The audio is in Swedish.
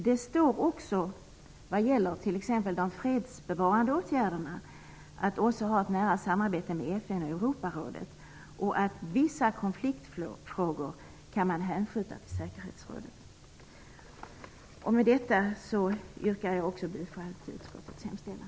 Det står också, när det gäller t.ex. de fredsbevarande åtgärderna, att OSSE har ett nära samarbete med FN och Europarådet och att vissa konfliktfrågor kan hänskjutas till säkerhetsrådet. Med detta yrkar jag också bifall till utskottets hemställan.